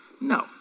No